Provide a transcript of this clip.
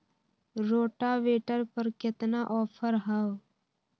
Rotavator पर केतना offer हव?